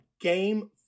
game